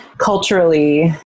Culturally